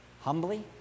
humbly